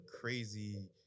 crazy